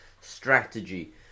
strategy